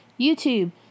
YouTube